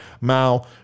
Mao